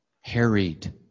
harried